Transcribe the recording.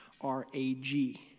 R-A-G